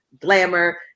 Glamour